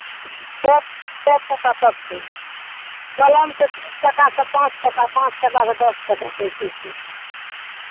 सए सए टाका तक छै कलमके तीन टाकासँ पाँच टाका पाँच टाकासँ दस टाका तकके छै